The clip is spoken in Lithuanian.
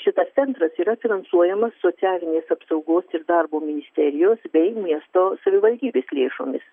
šitas centras yra finansuojamas socialinės apsaugos ir darbo ministerijos bei miesto savivaldybės lėšomis